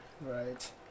Right